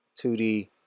2D